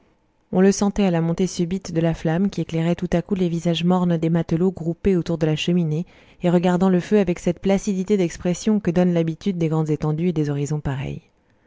on le sentait à la montée subite de la flamme qui éclairait tout à coup les visages mornes des matelots groupés autour de la cheminée et regardant le feu avec cette placidité d'expression que donne l'habitude des grandes étendues et des horizons pareils